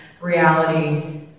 reality